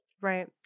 Right